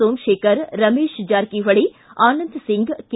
Somashekar Ramesh Jarkiholi Anand Singh K